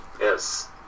yes